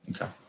Okay